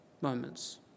moments